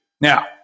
Now